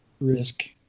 risk